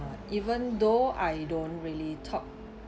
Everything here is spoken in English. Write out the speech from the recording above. even though I don't really talk